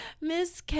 Miss